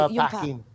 packing